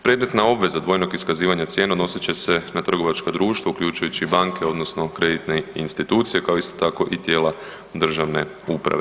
Predmetna obveza dvojnog iskazivanja cijena odnosit će se na trgovačka društva uključujući i banke odnosno kreditne institucije, kao isto tako i tijela državne uprave.